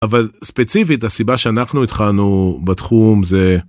אבל ספציפית הסיבה שאנחנו התחלנו בתחום זה.